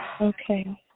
Okay